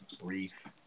Brief